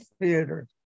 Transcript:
theater